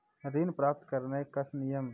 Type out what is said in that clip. ऋण प्राप्त करने कख नियम?